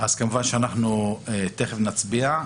כמובן תיכף נצביע.